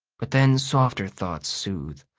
but then softer thoughts soothe,